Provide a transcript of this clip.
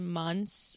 months